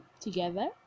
together